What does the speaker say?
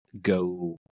go